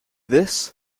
this